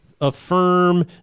affirm